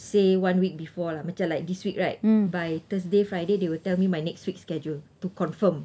say one week before lah macam like this week right by thursday friday they will tell me my next week schedule to confirm